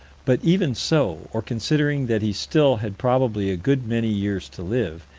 but even so, or considering that he still had probably a good many years to live,